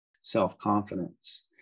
self-confidence